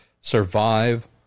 survive